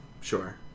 Sure